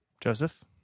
Joseph